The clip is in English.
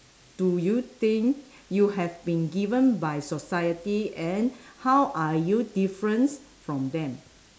do you think you have been given by society and how are you difference from them